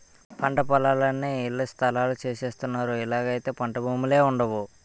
పంటపొలాలన్నీ ఇళ్లస్థలాలు సేసస్తన్నారు ఇలాగైతే పంటభూములే వుండవు